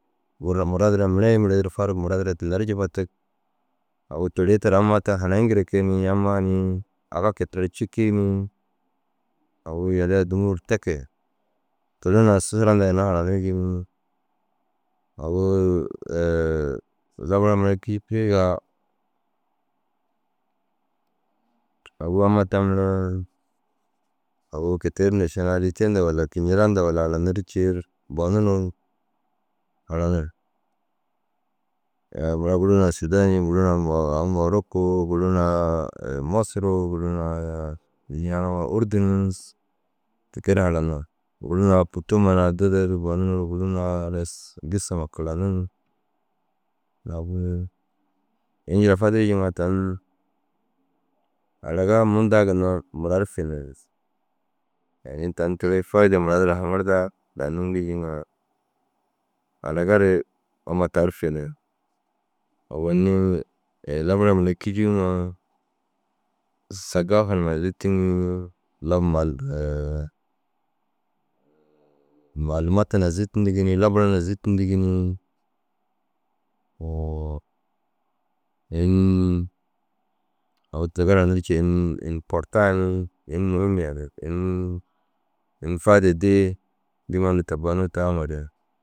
Marad na mere i mere duro farig marad ru tinda ru jufatig. Agu teere i ta ru ammaa ta hanayiŋire kee nii ammaa ni aga ke- i tira ru cikii nii yalii addimuu ru te kee. Toore na susura hundaa ginna hananirig ni. Agu labara mere kîyikirigaa agu amma ta mura agu ke- i te ni walla kiñila hundaa walla hananir ciiru bonuruu hananir. mura guru sudaanii guru na aũ maarukuu guru na masiruu guru na nii ai ordunus tike ru haranir. Guru na fûto huma na didir owon guru na halas gistema karanir. Agu ini jilla fadirii jiŋa tan araga mundaa ginna mura ru finir. Ini tani fôide mura duro haŋirdaa daa nûŋurii jiŋa araga ru amma taru finir. Owoni labara mura kîjuuŋo sagaafa numa na zîttiŋii maalumata numa zîttindigi ni labara numa zîttindigi ni in ni aũ tige daa ri ceŋi emporta ni ini muhim yaanii in ni ini faide dii dîiman nu tabanum taŋore